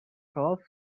calf